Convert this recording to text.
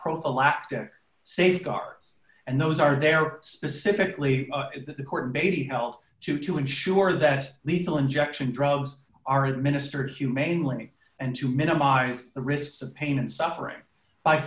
prophylactic safeguards and those are there specifically that the court baby held to to ensure that lethal injection drugs are administered humanely and to minimize the risks of pain and suffering by